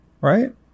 right